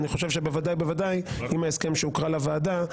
אני חושב שבוודאי, עם ההסכם שהוקרא לוועדה,